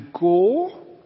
go